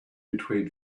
between